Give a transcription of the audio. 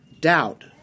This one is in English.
doubt